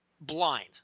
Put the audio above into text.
blind